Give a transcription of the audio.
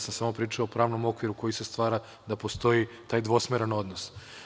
Samo sam pričao o pravnom okviru koji se stvara da postoji taj dvosmeran odnos.